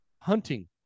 hunting